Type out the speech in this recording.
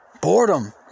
boredom